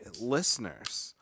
listeners